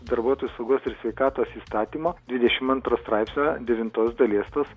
darbuotojų saugos ir sveikatos įstatymo dvidešim antro straipsnio devintos dalies tos